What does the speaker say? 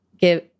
give